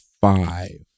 five